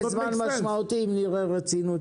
שזה יכול להידחות לזמן משמעותי אם נראה רצינות במשרד התחבורה.